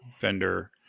vendor